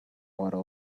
water